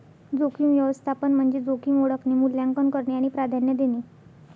जोखीम व्यवस्थापन म्हणजे जोखीम ओळखणे, मूल्यांकन करणे आणि प्राधान्य देणे